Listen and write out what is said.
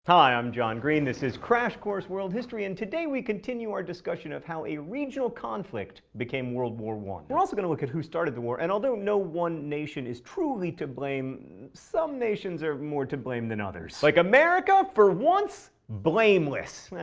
hi, i'm john green, this is crash course world history, and today we continue our discussion of how a regional conflict became world war i. we're also going to look at who started the war and although no one nation is truly to blame, some nations are more to blame than others. like america, for once? blameless.